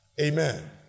Amen